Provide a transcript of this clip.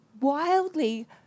wildly